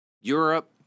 Europe